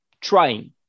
trying